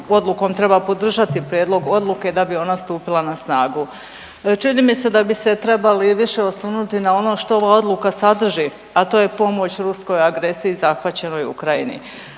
odlukom treba podržati prijedlog odluke da bi ona stupila na snagu. Čini mi se da bi se trebali više osvrnuti na ono što odluka sadrži, a to je pomoć ruskoj agresiji zahvaćenoj Ukrajini.